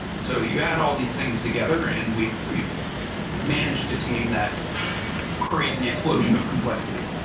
so you add all these things together and we've we've managed to tame that crazy explosion of complexity